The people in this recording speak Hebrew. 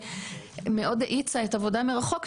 שמאוד האיצה את העבודה מרחוק,